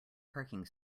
parking